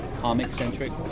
comic-centric